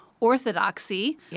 Orthodoxy